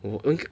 well